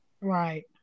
Right